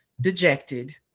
dejected